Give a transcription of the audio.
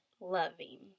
loving